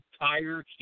entire